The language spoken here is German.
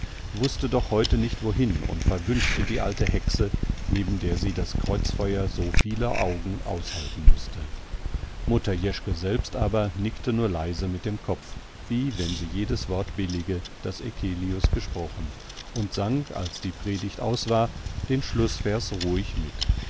wußte doch heute nicht wohin und verwünschte die alte hexe neben der sie das kreuzfeuer so vieler augen aushalten mußte mutter jeschke selbst aber nickte nur leise mit dem kopf wie wenn sie jedes wort billige das eccelius gesprochen und sang als die predigt aus war den schlußvers ruhig mit